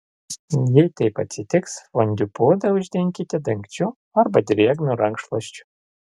jei taip atsitiks fondiu puodą uždenkite dangčiu arba drėgnu rankšluosčiu